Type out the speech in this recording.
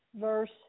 verse